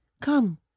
come